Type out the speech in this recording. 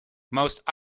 most